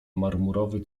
marmurowy